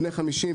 בני 50,